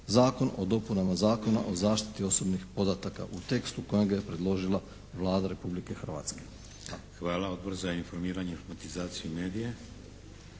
Zakon o dopunama Zakona o zaštiti osobnih podataka u tekstu u kojem ga je predložila Vlada Republike Hrvatske. **Šeks, Vladimir (HDZ)** Hvala. Odbor za informiranje, informatizacija u medije?